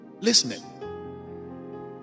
Listening